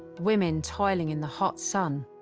women toiling in the hot sun,